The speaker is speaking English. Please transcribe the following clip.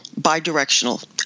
bidirectional